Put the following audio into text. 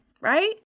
right